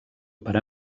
per